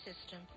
system